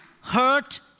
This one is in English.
hurt